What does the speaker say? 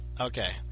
Okay